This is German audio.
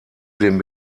den